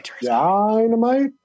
Dynamite